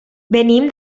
venim